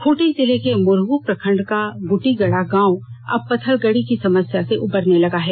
खूंटी जिले के मुरहू प्रखंड का गुटिगड़ा गांव अब पथलगड़ी की समस्या से उबरने लगा है